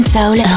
Soul